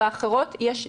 באחרות יש דיווח,